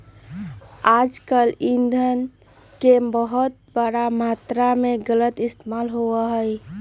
आजकल ई धन के बहुत बड़ा मात्रा में गलत इस्तेमाल भी होबा हई